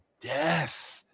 death